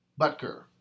Butker